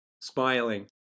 smiling